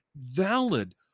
valid